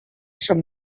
som